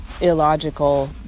illogical